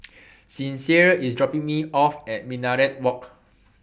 Sincere IS dropping Me off At Minaret Walk